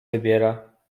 wybiera